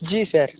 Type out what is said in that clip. जी sir